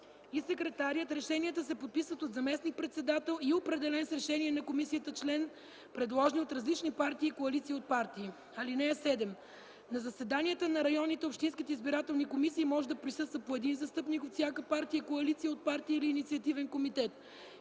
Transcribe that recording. и секретарят решенията се подписват от заместник-председател и определен с решение на комисията член, предложени от различни партии и коалиции от партии. (7) На заседанията на районните и общинските избирателни комисии може да присъства по един застъпник от всяка партия, коалиция от партии или инициативен комитет.